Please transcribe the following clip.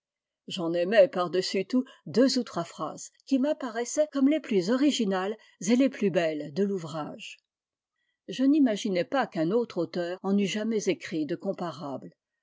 j'en aimais par-dessus tout deux ou trois phrases qui m'apparaissaient comme les plus originales et les plus belles de l'ouvrage je n'imaginais pas qu'un autre auteur en eût jamais écrit de comparables